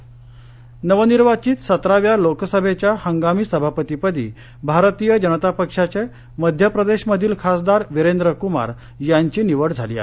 हंगामी सभापती नवनिर्वाचित सतराव्या लोकसभेच्या हंगामी सभापती पदी भारतीय जनता पक्षाचे मध्यप्रदेश मधील खासदार वीरेंद्र कुमार यांची निवड झाली आहे